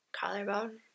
Collarbone